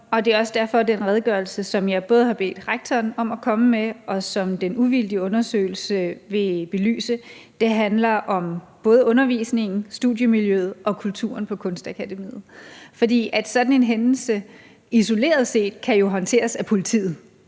Det er også derfor, at det, den redegørelse, som jeg har bedt rektoren om at komme med, og det, den uvildige undersøgelse vil belyse, handler om både undervisningen, studiemiljøet og kulturen på Kunstakademiet. Sådan en hændelse, isoleret set, kan jo håndteres af politiet;